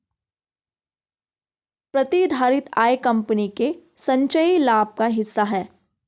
प्रतिधारित आय कंपनी के संचयी लाभ का हिस्सा है